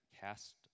cast